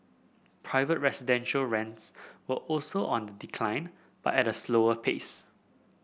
private residential rents were also on the decline but at a slower pace